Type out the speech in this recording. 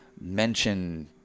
mention